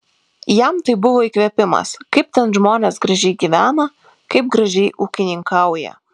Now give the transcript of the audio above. jam tai buvo įkvėpimas kaip ten žmonės gražiai gyvena kaip gražiai ūkininkauja